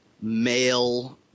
male